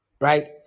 right